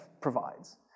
provides